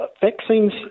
vaccines